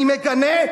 אני מגנה.